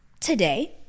today